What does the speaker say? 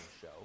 show